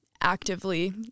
actively